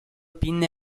pinne